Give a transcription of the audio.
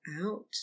out